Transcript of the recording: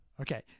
Okay